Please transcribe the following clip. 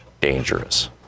dangerous